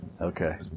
Okay